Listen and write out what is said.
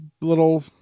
Little